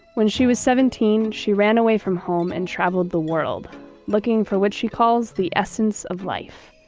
when she was seventeen she ran away from home and traveled the world looking for what she calls the essence of life.